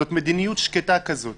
זאת מדיניות שקטה כזאת,